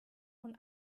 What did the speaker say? von